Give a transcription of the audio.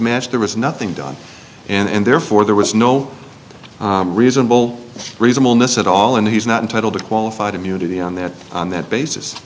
match there was nothing done and therefore there was no reasonable reasonable miss at all and he's not entitled to qualified immunity on that on that basis